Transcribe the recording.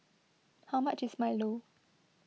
how much is Milo